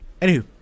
Anywho